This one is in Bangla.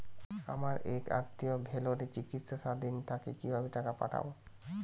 আমার এক আত্মীয় ভেলোরে চিকিৎসাধীন তাকে কি ভাবে টাকা পাঠাবো?